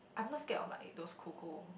I'm not scared of like those cold cold